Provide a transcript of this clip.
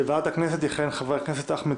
בוועדת כספים: יכהנו חברי הכנסת אחמד